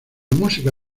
música